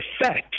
effect